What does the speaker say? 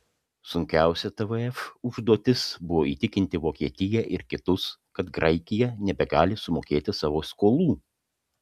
sunkiausia tvf užduotis buvo įtikinti vokietiją ir kitus kad graikija nebegali sumokėti savo skolų